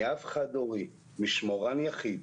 אני אב חד הורי, משמורן יחיד,